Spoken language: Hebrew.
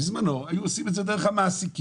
בזמנו היו עושים את זה דרך המעסיקים.